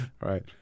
right